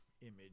image